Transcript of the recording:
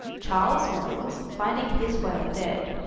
charles mills, finding his whale dead,